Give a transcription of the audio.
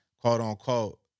quote-unquote